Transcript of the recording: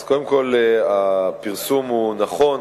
1. קודם כול, הפרסום הוא נכון,